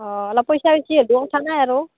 অ' অলপ পইচা বেছি হ'লেও কথা নাই আৰু